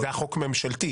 זה חוק ממשלתי.